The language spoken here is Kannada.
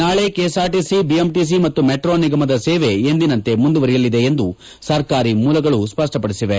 ನಾಳೆ ಕೆಎಸ್ಆರ್ಟಿಸಿ ಬಿಎಂಟಿಸಿ ಮತ್ತು ಮೆಟ್ರೋ ನಿಗಮದ ಸೇವೆ ಎಂದಿನಂತೆ ಮುಂದುವರೆಯಲಿದೆ ಎಂದು ಸರ್ಕಾರಿ ಮೂಲಗಳು ಸ್ಪಷ್ಪಡಿಸಿವೆ